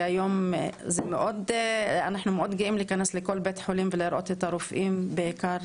היום אנחנו מאוד גאים להיכנס לכל בית חולים ולראות את הרופאים בעיקר,